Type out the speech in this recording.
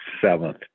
seventh